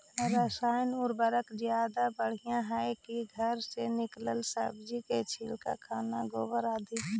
रासायन उर्वरक ज्यादा बढ़िया हैं कि घर से निकलल सब्जी के छिलका, खाना, गोबर, आदि?